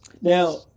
Now